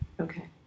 Okay